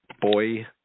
boy